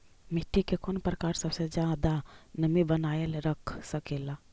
मिट्टी के कौन प्रकार सबसे जादा नमी बनाएल रख सकेला?